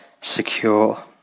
secure